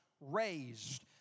raised